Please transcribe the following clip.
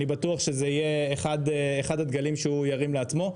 אני בטוח שזה יהיה אחד הדגלים שהוא ירים לעצמו.